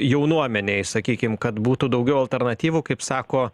jaunuomenei sakykim kad būtų daugiau alternatyvų kaip sako